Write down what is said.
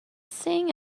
sing